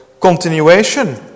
continuation